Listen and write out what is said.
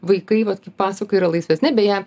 vaikai vat pasakoja yra laisvesni beje